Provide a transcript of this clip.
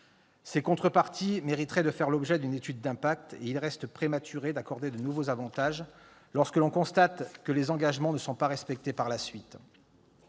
Ces contreparties mériteraient de faire l'objet d'une étude d'impact, et il reste prématuré d'accorder de nouveaux avantages lorsque l'on constate que les engagements ne sont pas respectés par la suite.